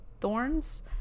Thorns